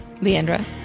Leandra